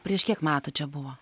prieš kiek metų čia buvo